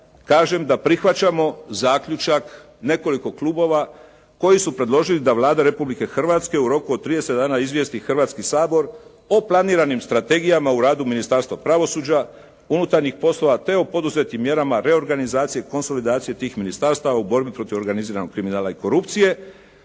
kažem da prihvaćamo zaključak nekoliko klubova koji su predložili da Vlada Republike Hrvatske u roku od 30 dana izvijesti Hrvatski sabor o planiranim strategijama u radu Ministarstva pravosuđa, unutarnjih poslova, te o poduzetim mjerama reorganizacije konsolidacije tih ministarstava u borbi protiv organiziranog kriminala i korupcije,